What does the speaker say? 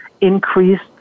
increased